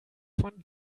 von